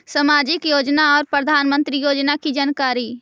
समाजिक योजना और प्रधानमंत्री योजना की जानकारी?